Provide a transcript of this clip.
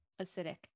acidic